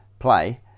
play